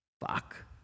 Fuck